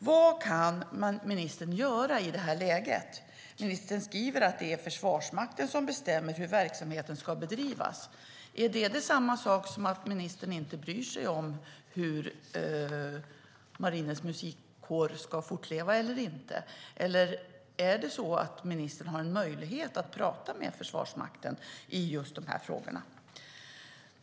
Vad kan ministern göra i det här läget? Ministern säger att det är Försvarsmakten som bestämmer hur verksamheten ska bedrivas. Är det samma sak som att ministern inte bryr sig om huruvida Marinens Musikkår ska fortleva eller inte, eller har ministern en möjlighet att prata med Försvarsmakten i just de här frågorna?